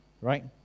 right